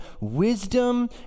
wisdom